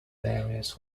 various